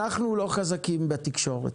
אנחנו לא חזקים בתקשורת.